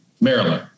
Maryland